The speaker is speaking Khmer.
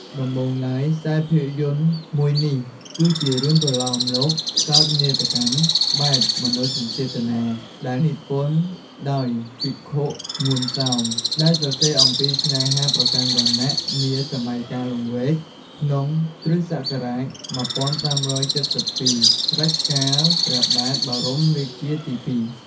ដំបូងឡើយ ខ្សែភាពយន្តមួយនេះ គឺជារឿងប្រលោមលោកសោកនាដកម្មបែបមនោសញ្ចេតនា ដែលនិពន្ធដោយភិក្ខុ ងួនសោម ដែលសរសេរអំពីស្នេហាប្រកាន់វណ្ណៈនា សម័យកាលលង្វែក ក្នុង គ្រិស្តសករាជ ១៥៧២ រជ្ជកាលព្រះបាទ បរមរាជាទី២ ។